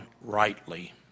rightly